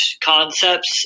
concepts